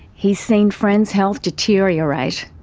he's seen friends' health deteriorate.